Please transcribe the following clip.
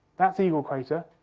that's eagle crater,